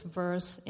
verse